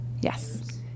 Yes